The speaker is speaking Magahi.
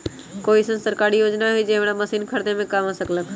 कोइ अईसन सरकारी योजना हई जे हमरा मशीन खरीदे में काम आ सकलक ह?